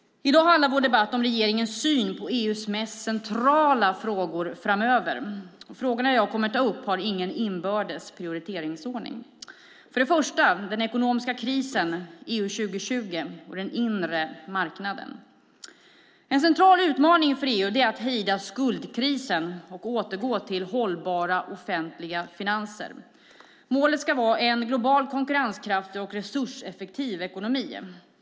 I dag handlar vår debatt om regeringens syn på EU:s mest centrala frågor framöver. Frågorna som jag kommer att ta upp har ingen inbördes prioriteringsordning. För det första handlar det om den ekonomiska krisen, EU 2020 och den inre marknaden. En central utmaning för EU är att hejda skuldkrisen och återgå till hållbara offentliga finanser. Målet ska vara en globalt konkurrenskraftig och resurseffektiv ekonomi.